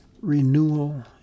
renewal